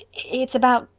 it's about.